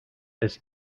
this